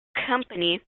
company